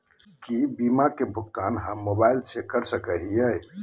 की बीमा के भुगतान हम मोबाइल से कर सको हियै?